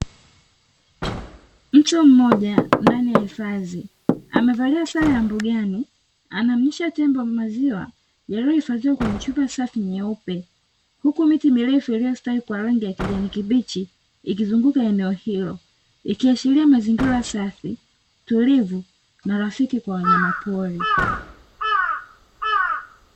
Mtu mmoja ndani ya hifadhi amevalia sare ya mbugani anamlisha tembo maziwa yaliyohifadhiwa kwenye chupa safi nyeupe, huku miti mirefu iliyostawi kwa rangi ya kijani kibichi ikizunguka eneo hilo. Ikiashiria mazingira safi, tulivu na rafiki kwa wanyama pori.